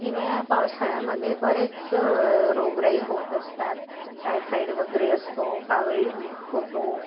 हिवाळ्या पावसाळ्यामध्ये बरेच रोगराई होत असतात टायफाईड वगैरे असतो कावळी हो होतो